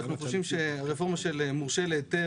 אנחנו חושבים שרפורמה של מורשה להיתר